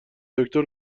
دکتر